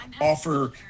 offer